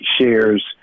shares